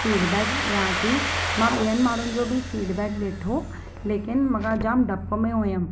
feedback ॾियां थी मां ॿियनि माण्हुनि जो बि फीडबैक ॾिठो लेकिन मां जाम डप में हुयमि